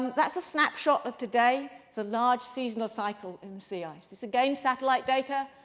that's a snapshot of today. it's a large seasonal cycle in the sea ice. this again, satellite data.